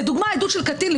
לדוגמה, עדות של קטין.